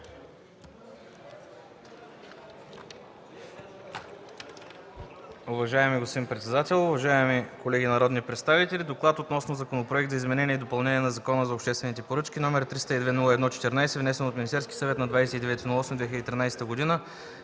Уважаеми господин председател, уважаеми колеги народни представители! „Доклад относно Законопроект за изменение и допълнение на Закона за обществените поръчки, № 302-01-14, внесен от Министерския съвет на 29 август 2013 г.,